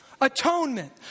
atonement